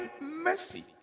mercy